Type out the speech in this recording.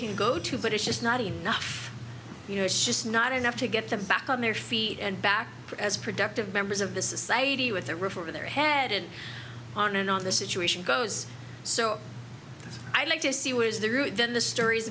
can go to but it's just not enough you know it's just not enough to get them back on their feet and back as productive members of the society with the river they're headed on and on the situation goes so i'd like to see where is the route than the stories